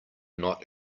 not